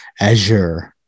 Azure